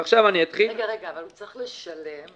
אבל הוא צריך לשלם.